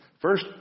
First